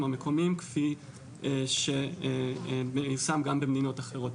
הנכונים כפי שיושם גם במדינות אחרות.